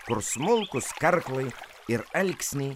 kur smulkūs karklai ir alksniai